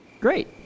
Great